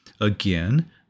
Again